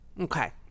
okay